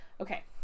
Okay